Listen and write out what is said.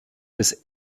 bis